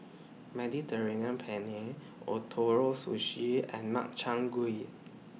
Mediterranean Penne Ootoro Sushi and Makchang Gui